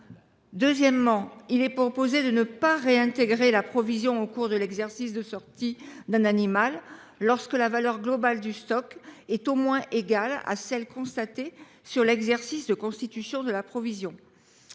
Deuxièmement, il s’agirait de ne pas réintégrer la provision au cours de l’exercice de sortie d’un animal lorsque la valeur globale du stock est au moins égale à celle qui est constatée sur l’exercice de constitution de la provision.